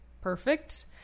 perfect